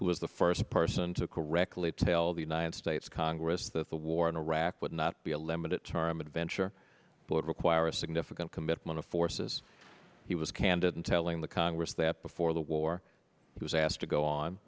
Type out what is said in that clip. who was the first person to correctly tell the united states congress that the war in iraq would not be a lemon it term adventure both require a significant commitment of forces he was candid in telling the congress that before the war he was asked to go on